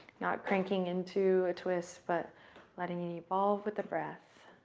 not cranking into a twist but letting it evolve with the breath.